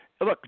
Look